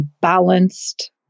balanced